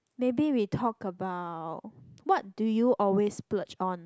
maybe we talk about what do you always splurge on